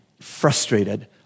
frustrated